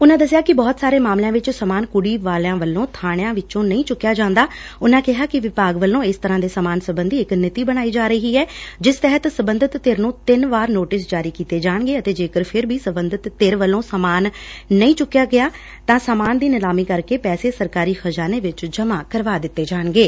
ਉਨਾਂ ਦੱਸਿਆ ਕਿ ਬਹੁਤ ਸਾਰੇ ਮਾਮਲਿਆਂ ਵਿਚ ਸਮਾਨ ਕੁੜੀ ਵਾਲਿਆਂ ਵਲੋਂ ਬਾਣਿਆਂ ਵਿਚੋਂ ਨਹੀਂ ਚੁੱਕਿਆ ਜਾਂਦਾ ਉਨੂਾਂ ਕਿਹਾ ਕਿ ਵਿਭਾਗ ਵਲੋਂ ਇਸ ਤਰਾਂ ਦੇ ਸਮਾਨ ਸਬੰਧੀ ਇਕ ਨੀਤੀ ਬਣਾਈ ਜਾ ਰਹੀ ਹੈ ਜਿਸ ਤਹਿਤ ਸਬੰਧਤ ਧਿਰ ਨੂੰ ਤਿੰਨ ਵਾਰ ਨੋਟਿਸ ਜਾਰੀ ਕੀਤੇ ਜਾਣਗੇ ਅਤੇ ਜੇਕਰ ਫਿਰ ਵੀ ਸਬੰਧਤ ਧਿਰ ਵਲੋਂ ਸਮਾਨ ਫਿਰ ਵੀ ਨਹੀਂ ਚੁੱਕਿਆ ਜਾਵੇਗਾ ਤਾਂ ਸਮਾਨ ਦੀ ਨਿਲਾਮੀ ਕਰਕੇ ਪੈਸੇ ਸਰਕਾਰੀ ਖ਼ਜ਼ਾਨੇ ਵਿਚ ਜਮਾਂ ਕਰਵਾ ਦਿੱਤੇ ਜਾਣਗੇ